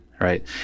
right